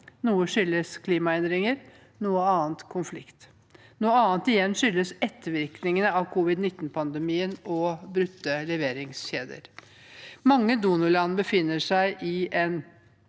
Noe skyldes klimaendringer, noe annet konflikt. Noe annet igjen skyldes ettervirkningene av covid-19-pandemien og brutte leveringskjeder. Mange donorland befinner seg i en